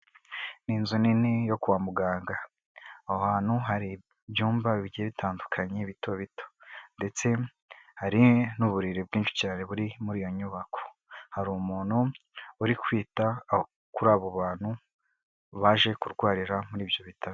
Ni nzu nini yo kwa muganga, aho hantu hari ibyumba bigiye bitandukanye bito bito, ndetse hari n'uburiri bwinshi cyane buri muri iyo nyubako, hari umuntu uri kwita kuri abo bantu baje kurwarira muri ibyo bitaro.